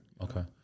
Okay